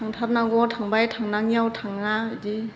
थांथारनांगौआव थांबाय थांनाङियाव थाङा बिदि